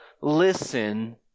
listen